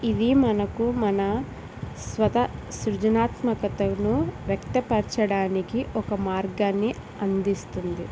ఇది మనకు మన స్వత సృజనాత్మకతను వ్యక్తపరచడానికి ఒక మార్గాన్ని అందిస్తుంది